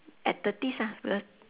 at thirties ah